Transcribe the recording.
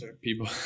people